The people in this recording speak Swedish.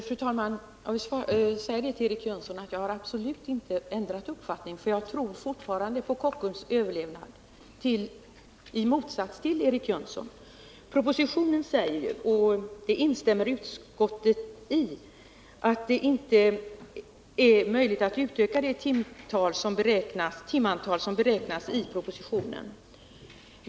Fru talman! Jag vill säga till Eric Jönsson att jag absolut inte har ändrat uppfattning. Jag tror fortfarande på Kockums överlevnad i motsats till Eric Jönsson. I propositionen förklarar man — och det instämmer utskottet i — att det inte är möjligt att utöka det timantal som beräknas i propositionen.